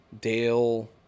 Dale